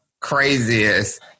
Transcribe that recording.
craziest